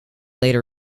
later